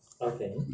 Okay